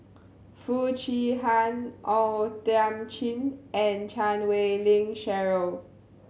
Foo Chee Han O Thiam Chin and Chan Wei Ling Cheryl